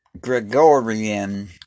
Gregorian